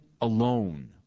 alone